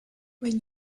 when